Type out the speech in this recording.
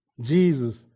Jesus